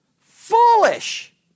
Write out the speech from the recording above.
foolish